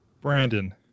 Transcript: Brandon